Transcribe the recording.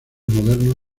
modernos